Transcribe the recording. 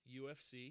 ufc